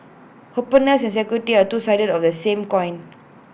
openness and security are two sides of the same coin